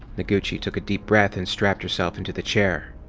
noguchi took a deep breath and strapped herself into the chair.